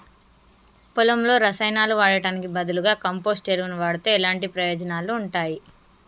పొలంలో రసాయనాలు వాడటానికి బదులుగా కంపోస్ట్ ఎరువును వాడితే ఎలాంటి ప్రయోజనాలు ఉంటాయి?